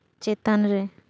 ᱪᱮᱛᱟᱱᱨᱮ